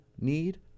need